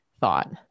thought